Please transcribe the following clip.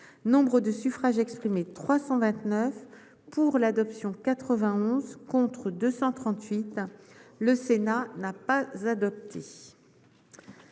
Nombre de suffrages exprimés 329 pour l'adoption 76 contre 253, le Sénat n'a pas adopté